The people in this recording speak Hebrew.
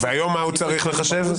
ומה הוא צריך לחשב היום?